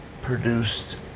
produced